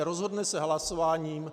Rozhodne se hlasováním.